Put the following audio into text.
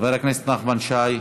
חבר הכנסת נחמן שי,